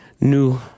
new